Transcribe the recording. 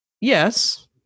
Yes